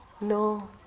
No